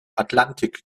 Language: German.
atlantik